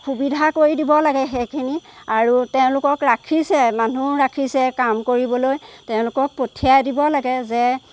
সুবিধা কৰি দিব লাগে সেইখিনি আৰু তেওঁলোকক ৰাখিছে মানুহ ৰাখিছে কাম কৰিবলৈ তেওঁলোকক পঠিয়াই দিব লাগে যে